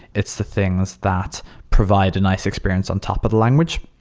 it's the things that provide a nice experience on top of the language.